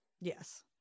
Yes